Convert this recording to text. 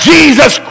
Jesus